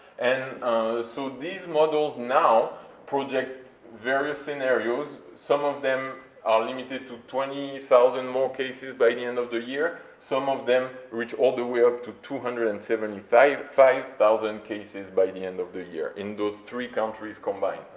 and so these models now project various scenarios, some of them are limited to twenty thousand more cases by the end of the year, some of them reach all the way up to two hundred and seventy five five thousand cases by the end of the year in those three countries combined,